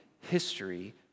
history